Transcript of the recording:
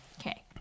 Okay